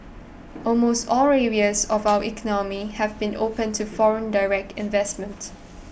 almost all areas of our economy have been opened to foreign direct investment